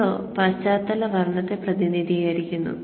0 പശ്ചാത്തല വർണ്ണത്തെ പ്രതിനിധീകരിക്കുന്നു